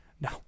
no